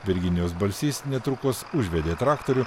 virginijus balsys netrukus užvedė traktorių